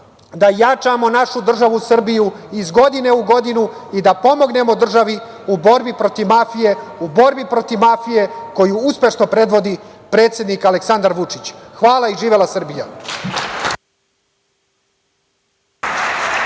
da jačamo našu državu Srbiju iz godine u godinu i da pomognemo državi u borbi protiv mafije koju uspešno predvodi predsednik Aleksandar Vučić. Hvala i živela Srbija!